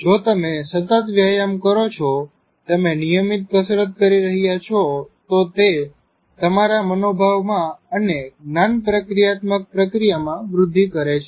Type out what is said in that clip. જો તમે સતત વ્યાયામ કરો છો તમે નિયમિત કસરત કરી રહ્યા છો તો તે તમારા મનોભાવમાં અને જ્ઞાન પ્રક્રીયાત્મક પ્રક્રીયામાં વૃદ્ધિ કરે છે